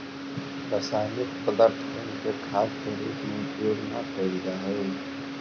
रासायनिक पदर्थबन के खाद के रूप में उपयोग न कयल जा हई